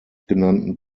genannten